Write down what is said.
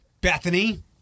Bethany